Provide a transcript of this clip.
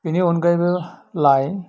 बिनि अनगायैबो लाइ